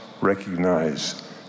recognize